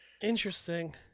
Interesting